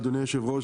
אדוני היושב ראש,